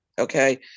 Okay